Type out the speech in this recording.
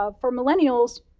ah for millennials,